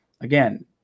again